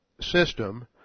system